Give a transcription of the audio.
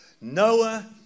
Noah